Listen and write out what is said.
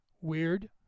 Weird